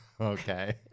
Okay